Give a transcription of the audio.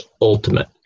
ultimate